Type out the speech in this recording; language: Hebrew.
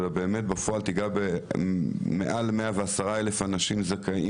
אלא בפועל תיגע בלמעלה מ-110 אלף זכאים,